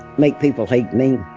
make people hate me.